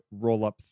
Rollup